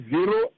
Zero